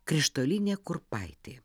krištolinė kurpaitė